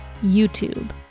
YouTube